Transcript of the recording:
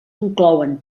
inclouen